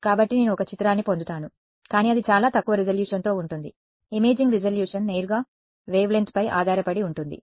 కాబట్టి నేను ఒక చిత్రాన్ని పొందుతాను కానీ అది చాలా తక్కువ రిజల్యూషన్తో ఉంటుంది ఇమేజింగ్ రిజల్యూషన్ నేరుగా వేవ్లెంగ్త్ పై ఆధారపడి ఉంటుంది